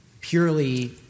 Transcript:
purely